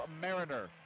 Mariner